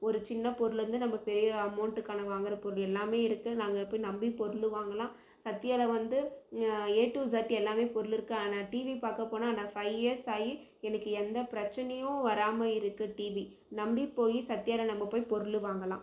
ஒரு சின்னப் பொருளில் இருந்து நம்ம பெரிய அமௌண்ட்டுக்கான வாங்குகிற பொருள் எல்லாமே இருக்குது நாங்கள் போய் நம்பி பொருள் வாங்கலாம் சத்யாவில் வந்து ஏ டூ ஜெட் எல்லாமே பொருள் இருக்குது ஆனால் டிவி பார்க்கப் போனால் ஆனால் ஃபை இயர்ஸ் ஆகி இன்றைக்கி எந்த பிரச்சினையும் வராமல் இருக்குது டிவி நம்பி போய் சத்யாவில் நம்ம போய் பொருள் வாங்கலாம்